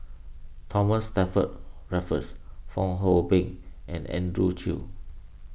Thomas Stamford Raffles Fong Hoe Beng and Andrew Chew